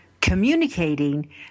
communicating